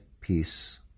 peace